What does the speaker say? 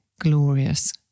glorious